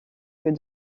que